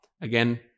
Again